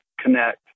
connect